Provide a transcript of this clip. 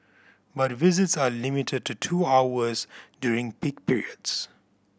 but visits are limited to two hours during peak periods